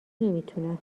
نمیتونم